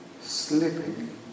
Slipping